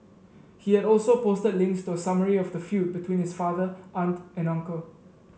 he had also posted links to a summary of the feud between his father aunt and uncle